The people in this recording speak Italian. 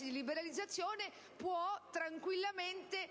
di liberalizzazione può tranquillamente